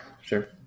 sure